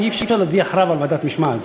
כי אי-אפשר להדיח רב על ועדת משמעת,